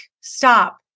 stop